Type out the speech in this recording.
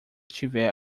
tiver